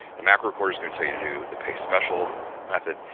the macro recorders going to tell you to do the paste special method.